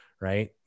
right